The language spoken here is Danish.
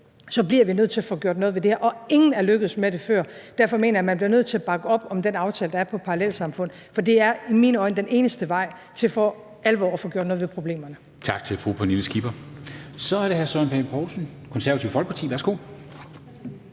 bliver vi nødt til at få gjort noget ved det her. Ingen er lykkedes med det før. Derfor mener jeg, at man bliver nødt til at bakke op om den aftale, der er om parallelsamfund, for det er i mine øjne den eneste vej til for alvor at få gjort noget ved problemerne. Kl. 13:56 Formanden (Henrik Dam Kristensen): Tak til fru Pernille Skipper. Så er det hr. Søren Pape Poulsen, Det Konservative Folkeparti. Værsgo.